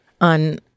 On